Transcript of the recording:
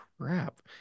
crap